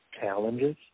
challenges